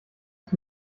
ist